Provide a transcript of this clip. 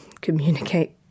communicate